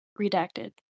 redacted